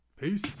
Peace